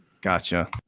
Gotcha